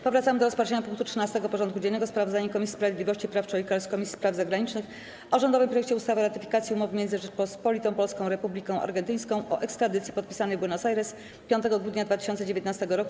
Powracamy do rozpatrzenia punktu 13. porządku dziennego: Sprawozdanie Komisji Sprawiedliwości i Praw Człowieka oraz Komisji Spraw Zagranicznych o rządowym projekcie ustawy o ratyfikacji Umowy między Rzecząpospolitą Polską a Republiką Argentyńską o ekstradycji, podpisanej w Buenos Aires dnia 5 grudnia 2019 r.